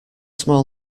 small